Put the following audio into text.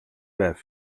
байв